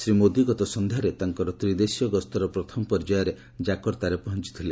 ଶ୍ରୀ ମୋଦି ଗତ ସନ୍ଧ୍ୟାରେ ତାଙ୍କର ତ୍ରିଦେଶୀୟ ଗସ୍ତର ପ୍ରଥମ ପର୍ଯ୍ୟାୟରେ କାକର୍ତ୍ତାରେ ପହଞ୍ଚିଥିଲେ